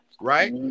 right